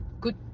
good